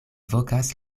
vokas